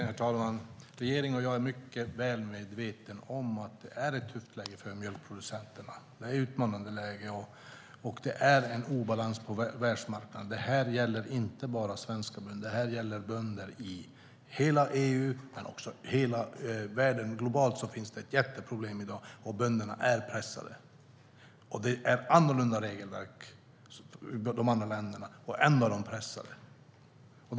Herr talman! Regeringen och jag är mycket väl medvetna om att det är ett tufft och utmanande läge för mjölkproducenterna. Det råder en obalans på världsmarknaden. Det här gäller inte bara svenska bönder, utan bönder i hela EU. Faktum är att det i dag är ett jätteproblem i hela världen. Bönderna är pressade. Det är annorlunda regelverk i de andra länderna, men de är pressade ändå.